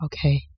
Okay